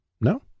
No